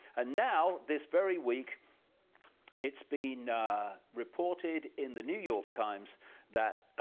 ah now this very week it's been reported in the new york times that